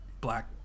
black